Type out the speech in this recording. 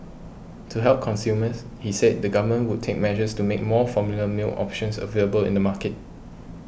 to help consumers he said the government would take measures to make more formula milk options available in the market